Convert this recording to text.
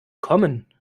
kommen